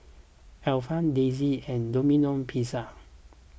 Alpen Disney and Domino Pizza